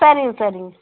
சரிங்க சரிங்க